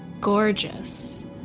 Gorgeous